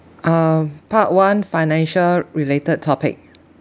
uh part one financial related topic